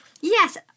Yes